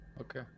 Okay